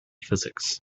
physics